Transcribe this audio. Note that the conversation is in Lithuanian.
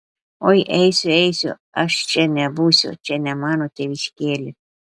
oi eisiu eisiu aš čia nebūsiu čia ne mano tėviškėlė